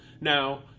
Now